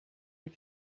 and